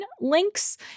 links